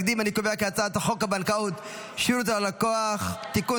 להעביר את הצעת חוק הבנקאות (שירות ללקוח) (תיקון